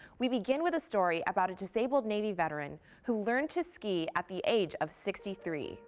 we begin with a story about a disabled navy veteran who learned to ski at the age of sixty three